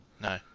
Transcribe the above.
No